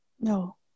No